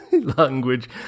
language